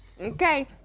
Okay